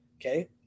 Okay